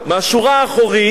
מהשורה האחורית,